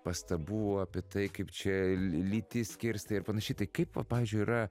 pastabų apie tai kaip čia lytis skirstai ir panašiai tai kaip va pavyzdžiui yra